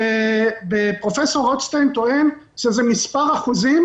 פרופ' רוטשטיין טוען שזה מספר אחוזים,